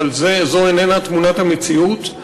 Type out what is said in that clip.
אבל זו איננה תמונת המציאות.